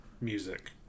music